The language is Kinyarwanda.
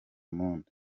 monde